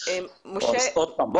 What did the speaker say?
ולך חברת הכנסת.